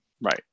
Right